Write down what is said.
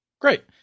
Great